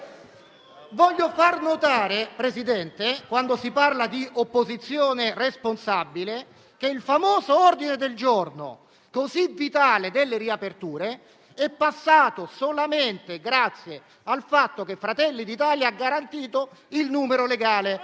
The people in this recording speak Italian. voglio far notare, quando si parla di opposizione responsabile, che il famoso ordine del giorno così vitale delle riaperture è passato solamente grazie al fatto che Fratelli d'Italia ha garantito il numero legale.